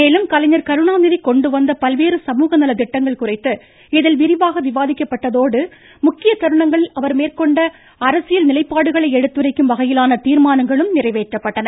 மேலும் கலைஞர் கருணாநிதி கொண்டுவந்த பல்வேறு சமூக நலத்திட்டங்கள் குறித்து இதில் விரிவாக விவாதிக்கப்பட்டதோடு முக்கிய தருணங்களில் அவர் மேற்கொண்ட அரசியல் நிலைப்பாடுகளை எடுத்துரைக்கும் வகையிலான தீர்மானங்களும் நிறைவேற்றப்பட்டன